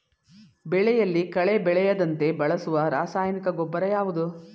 ಬೆಳೆಯಲ್ಲಿ ಕಳೆ ಬೆಳೆಯದಂತೆ ಬಳಸುವ ರಾಸಾಯನಿಕ ಗೊಬ್ಬರ ಯಾವುದು?